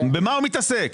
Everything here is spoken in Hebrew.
במה הוא מתעסק?